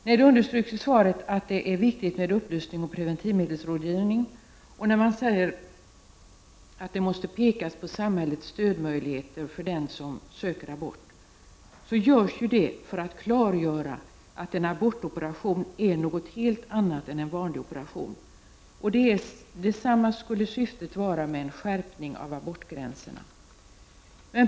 När det understryks i svaret att det är viktigt med upplysning och preventivmedelsrådgivning och det sägs att man måste peka på samhällets stödmöjligheter för den som söker abort, görs det för att klargöra att en abortoperation är något helt annat än en vanlig operation. Detsamma skulle syftet vara med en skärpning av abortgränserna.